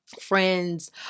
friends